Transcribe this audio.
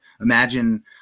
imagine